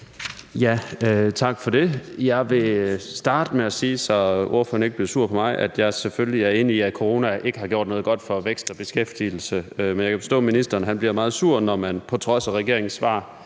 (V): Tak for det. Jeg vil starte med at sige, så ordføreren ikke bliver sur på mig, at jeg selvfølgelig er enig i, at corona ikke har gjort noget godt for vækst og beskæftigelse. Men jeg kan forstå, at ordføreren bliver meget sur, når man på trods af regeringens svar